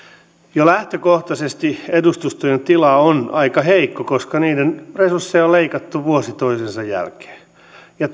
jo lähtökohtaisesti edustustojen tila on aika heikko koska niiden resursseja on leikattu vuosi toisensa jälkeen ja